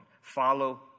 Follow